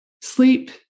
sleep